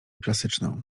klasyczną